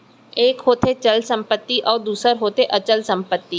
एक होथे चल संपत्ति अउ दूसर होथे अचल संपत्ति